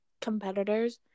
competitors